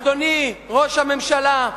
אדוני ראש הממשלה,